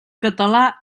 català